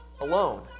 alone